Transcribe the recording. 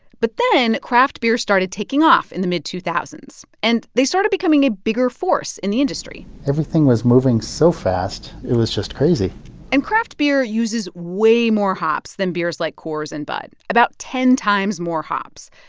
but then craft beer started taking off in the mid two thousand s, and they started becoming a bigger force in the industry everything was moving so fast. it was just crazy and craft beer uses way more hops than beers like coors and bud, about ten times more hops.